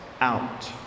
out